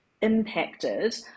impacted